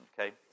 Okay